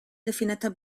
definita